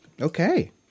Okay